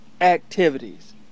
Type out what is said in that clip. activities